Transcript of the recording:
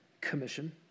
commission